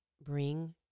bring